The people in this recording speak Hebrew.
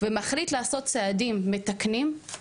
ומחליט לעשות צעדים מתקנים,